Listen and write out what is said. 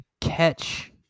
catch